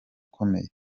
ikomeye